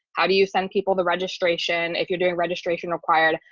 how do you send people the registration if you're doing registration required,